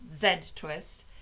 Z-twist